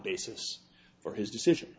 basis for his decision